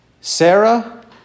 Sarah